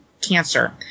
cancer